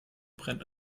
brennt